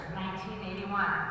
1981